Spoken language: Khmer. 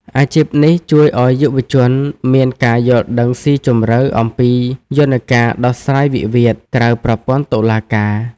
អាជីពនេះជួយឱ្យយុវជនមានការយល់ដឹងស៊ីជម្រៅអំពីយន្តការដោះស្រាយវិវាទក្រៅប្រព័ន្ធតុលាការ។